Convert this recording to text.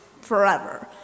forever